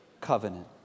Covenant